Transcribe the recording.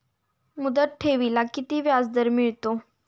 मुदत ठेवीला किती व्याजदर मिळतो?